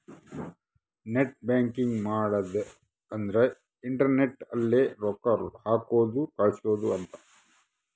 net banking ಮಾಡದ ಅಂದ್ರೆ internet ಅಲ್ಲೆ ರೊಕ್ಕ ಹಾಕೋದು ಕಳ್ಸೋದು ಅಂತ